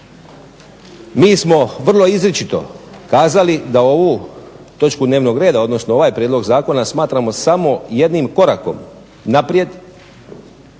Mi smo vrlo izričito kazali da ovu točku dnevnog reda odnosno ovaj prijedlog zakona smatramo samo jednim korakom naprijed